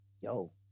yo